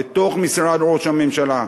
בתוך משרד ראש הממשלה,